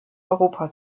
europa